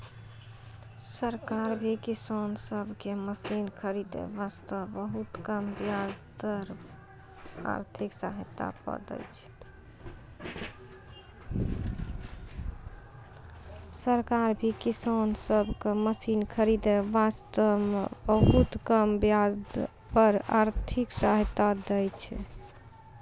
सरकार भी किसान सब कॅ मशीन खरीदै वास्तॅ बहुत कम ब्याज पर आर्थिक सहायता दै छै